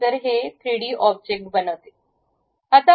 नंतर हे 3 D object बनवते